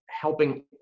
helping